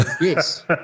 Yes